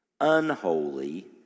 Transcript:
unholy